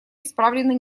исправлены